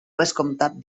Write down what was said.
vescomtat